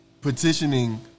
petitioning